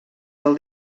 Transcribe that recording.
del